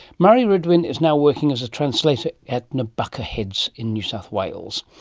mari rhydwen is now working as a translator at nambucca heads in new south wales.